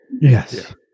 Yes